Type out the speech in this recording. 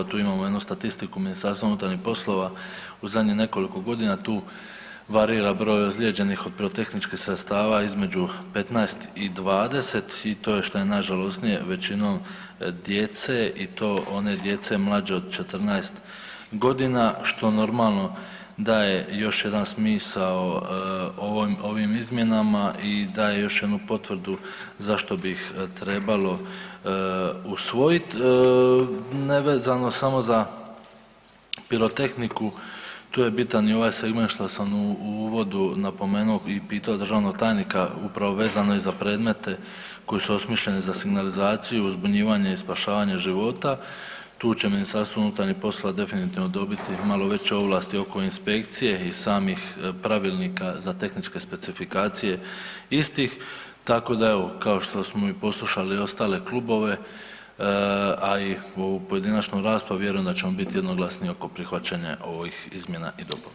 Tu imamo jednu statistiku MUP-a, u zadnjih nekoliko godina tu varira broj ozlijeđenih od pirotehničkih sredstava između 15 i 20 i to je šta je najžalosnije većinom djece i to one djece mlađe od 14.g., što normalno daje još jedan smisao ovim izmjenama i daje još jednu potvrdu zašto bi trebalo usvojit nevezano samo za pirotehniku, tu je bitan i ovaj segment što sam u uvodu napomenuo i pitao državnog tajnika upravo vezano i za predmete koji su osmišljeni za signalizaciju, uzbunjivanje i spašavanje života, tu će MUP definitivno dobiti malo veće ovlasti oko inspekcije i samih Pravilnika za tehničke specifikacije istih, tako da evo kao što smo i poslušali ostale klubove, a i ovu pojedinačnu raspravu vjerujem da ćemo biti jednoglasni oko prihvaćanja ovih izmjena i dopuna.